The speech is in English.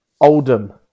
Oldham